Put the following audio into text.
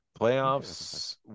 Playoffs